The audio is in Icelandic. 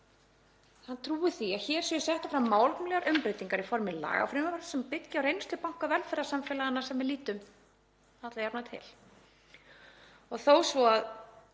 trúi því að hér séu settar fram málefnalegar umbreytingar í formi lagafrumvarps sem byggi á reynslubanka velferðarsamfélaganna sem við lítum alla jafna til.